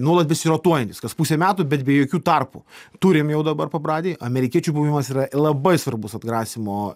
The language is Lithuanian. nuolat besirotuojantys kas pusę metų bet be jokių tarpų turim jau dabar pabradėj amerikiečių buvimas yra labai svarbus atgrasymo